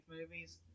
movies